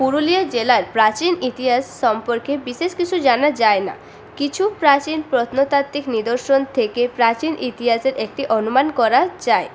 পুরুলিয়া জেলার প্রাচীন ইতিহাস সম্পর্কে বিশেষ কিছু জানা যায় না কিছু প্রাচীন প্রত্নতাত্ত্বিক নিদর্শন থেকে প্রাচীন ইতিহাসের একটি অনুমান করা যায়